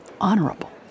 honorable